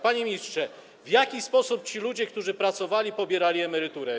Panie ministrze, w jaki sposób ci ludzie, którzy pracowali, pobierali emeryturę?